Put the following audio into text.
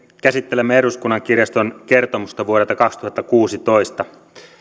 käsittelemme eduskunnan kirjaston kertomusta vuodelta kaksituhattakuusitoista